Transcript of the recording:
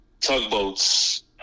tugboats